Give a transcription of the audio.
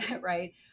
Right